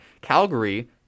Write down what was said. Calgary